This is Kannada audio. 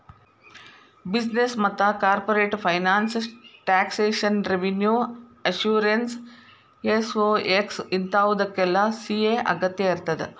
ಬಿಸಿನೆಸ್ ಮತ್ತ corporate finance taxation revenue assurance SOX ಇಂತಾವುಕ್ಕೆಲ್ಲಾ ಸಿ.ಎ ಅಗತ್ಯಇರ್ತದ